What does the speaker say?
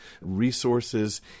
resources